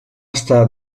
estar